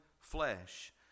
flesh